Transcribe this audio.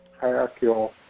hierarchical